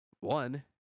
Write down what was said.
One